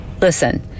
listen